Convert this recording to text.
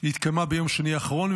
שהתקיימה ביום שני האחרון,